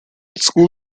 school